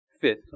fifth